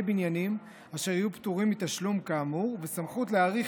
בניינים אשר יהיו פטורים מתשלום כאמור וסמכות להאריך